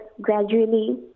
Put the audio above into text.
gradually